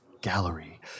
Gallery